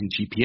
GPS